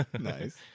nice